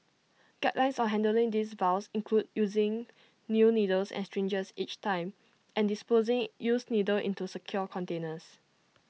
guidelines on handling these vials include using new needles and syringes each time and disposing used needles into secure containers